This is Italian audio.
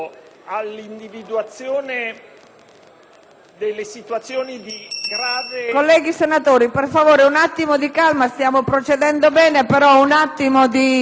Colleghi senatori, per favore, un attimo di calma: stiamo procedendo bene, però abbassate la voce.